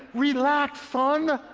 relax, son.